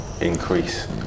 increase